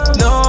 no